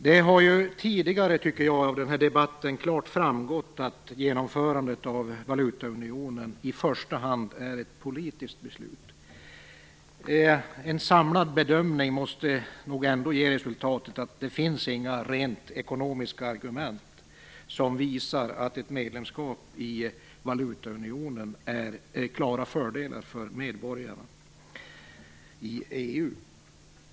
Det har tidigare i debatten klart framgått att genomförandet av valutaunionen i första hand är ett politiskt beslut. En samlad bedömning måste nog ändå ge resultatet att det inte finns några rent ekonomiska argument som visar att ett medlemskap i valutaunionen har klara fördelar för medborgarna i EU.